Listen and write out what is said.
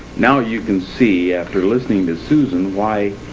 now you can see after listening to susan why.